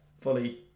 fully